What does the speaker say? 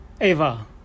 Eva